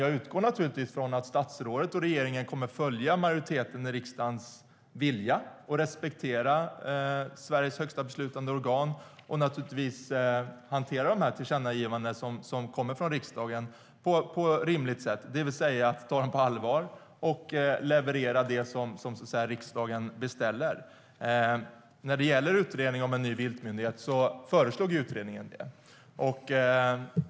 Jag utgår naturligtvis från att statsrådet och regeringen kommer att följa riksdagsmajoritetens vilja, respektera Sveriges högsta beslutande organ och hantera tillkännagivandena som kommer från riksdagen på ett rimligt sätt, det vill säga ta dem på allvar och leverera det som riksdagen så att säga beställer. När det gäller en viltmyndighet föreslog utredningen det.